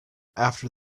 after